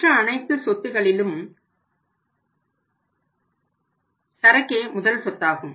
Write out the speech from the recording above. மற்ற அனைத்து சொத்துக்களிலும் சரக்கே முதல் சொத்தாகும்